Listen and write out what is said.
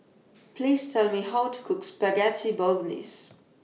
Please Tell Me How to Cook Spaghetti Bolognese